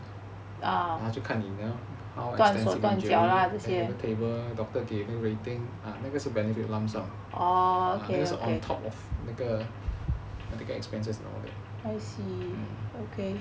然后就看你 lor 那个 table doctor 给那个 rating 那个是 benefit lump sum 那个是 on top of 那个 medical expenses and all that mm